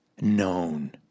known